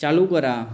চালু করা